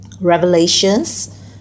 revelations